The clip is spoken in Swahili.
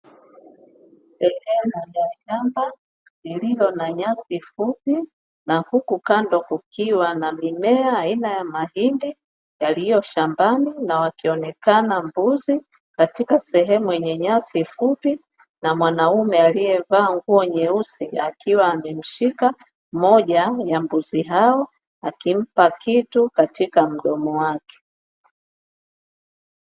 Sehemu ya shamba lililo na nyasi fupi na huku kando kukiwa na mimea aina ya mahindi yaliyo shambani na wakionekana mbuzi katika sehemu yenye nyasi fupi na mwanaume aliyevaa nguo nyeusi akiwa amemshika mmoja ya mbuzi hao akimpa kitu katika mdomo wake.